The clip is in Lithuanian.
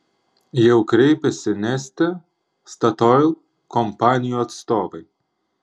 jau kreipėsi neste statoil kompanijų atstovai